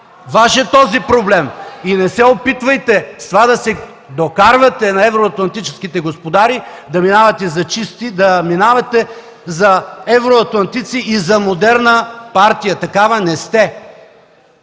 Ваш е този проблем! И не се опитвайте с това да се докарвате на евроатлантическите господари, да минавате за чисти, за евроатлантици и за модерна партия! Такава не сте!